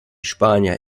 spanier